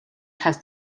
has